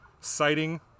citing